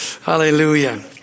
hallelujah